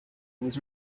was